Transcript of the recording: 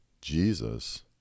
Jesus